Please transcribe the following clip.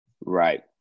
Right